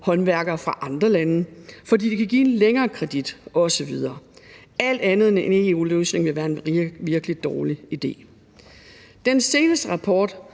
håndværkere fra andre lande, fordi de kan give en længere kredit osv. Alt andet end en EU-løsning vil være en virkelig dårlig idé. Den seneste rapport